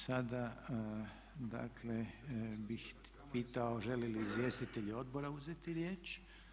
Sada dakle bih pitao žele li izvjestitelji odbora uzeti riječ?